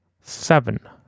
Seven